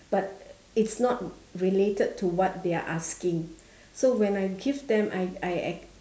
but it's not related to what they are asking so when I give them I I